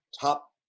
top